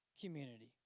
community